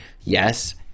yes